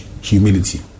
Humility